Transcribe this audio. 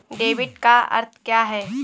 Debit का अर्थ क्या है?